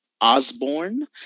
Osborne